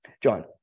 John